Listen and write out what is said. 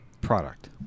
product